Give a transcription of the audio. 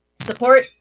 support